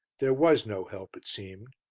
there was no help, it seemed.